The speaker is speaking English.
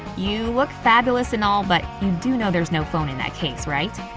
you look fabulous and all but you do know there's no phone in that case right?